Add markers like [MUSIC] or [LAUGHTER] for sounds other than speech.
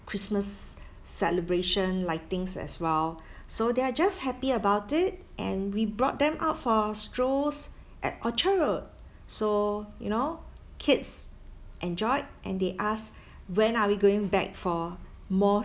christmas celebration lightings as well [BREATH] so they're just happy about it and we brought them out for strolls at orchard road so you know kids enjoyed and they ask when are we going back for more